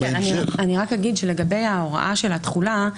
לגבי ההוראה של התחולה,